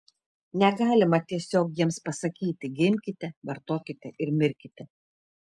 negalima tiesiog jiems pasakyti gimkite vartokite ir mirkite